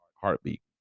heartbeat